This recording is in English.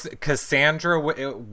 Cassandra